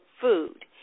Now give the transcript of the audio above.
food